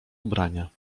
ubrania